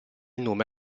nome